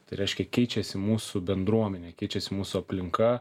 tai reiškia keičiasi mūsų bendruomenė keičiasi mūsų aplinka